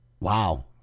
Wow